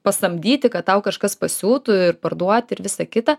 pasamdyti kad tau kažkas pasiūtų ir parduoti ir visa kita